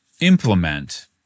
implement